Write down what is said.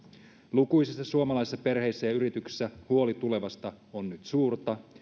lukuisissa suomalaisissa perheissä ja yrityksissä huoli tulevasta on nyt suurta